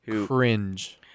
Cringe